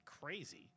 crazy